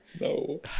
no